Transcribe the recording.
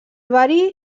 verí